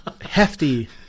hefty